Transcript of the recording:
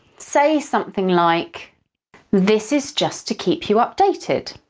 say something like this is just to keep you updated.